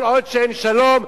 כל עוד אין שלום,